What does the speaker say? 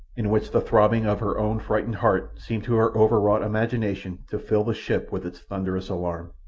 in which the throbbing of her own frightened heart seemed to her overwrought imagination to fill the ship with its thunderous alarm.